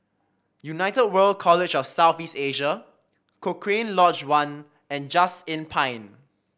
United World College of South East Asia Cochrane Lodge One and Just Inn Pine